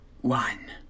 one